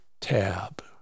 tab